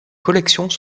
collections